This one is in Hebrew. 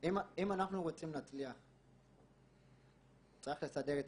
אם אנחנו רוצים להצליח צריך לסדר את